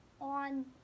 on